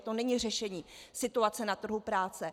To není řešení situace na trhu práce.